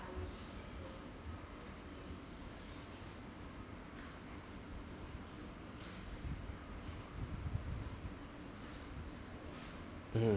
mmhmm